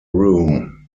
room